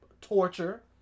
Torture